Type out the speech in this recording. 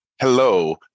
Hello